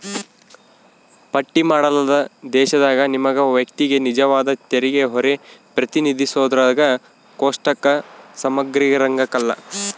ಪಟ್ಟಿ ಮಾಡಲಾದ ದೇಶದಾಗ ನಿಗಮ ವ್ಯಕ್ತಿಗೆ ನಿಜವಾದ ತೆರಿಗೆಹೊರೆ ಪ್ರತಿನಿಧಿಸೋದ್ರಾಗ ಕೋಷ್ಟಕ ಸಮಗ್ರಿರಂಕಲ್ಲ